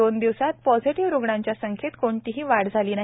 दोन दिवसांत पॉझेटिव्ह रुग्णांच्या संख्येत कोणतीही वाढ झाली नाही